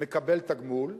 מקבל תגמול,